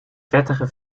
vettige